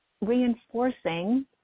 reinforcing